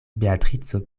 beatrico